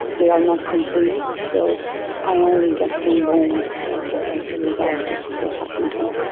they are not complete, so i only get some bones as ah as a result of what happened to my